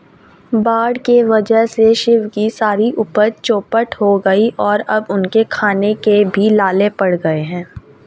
बाढ़ के वजह से शिव की सारी उपज चौपट हो गई और अब उनके खाने के भी लाले पड़ गए हैं